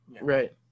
right